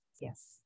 Yes